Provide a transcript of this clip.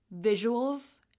visuals